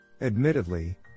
Admittedly